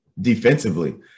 defensively